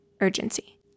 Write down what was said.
urgency